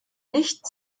nicht